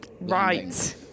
Right